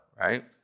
right